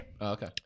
Okay